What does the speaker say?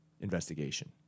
investigation